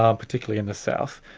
um particularly in the south,